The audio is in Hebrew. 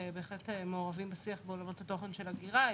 בהחלט מעורבים בשיח בעולמות התוכן של הגירה.